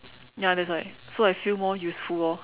ya that's why so I feel more useful orh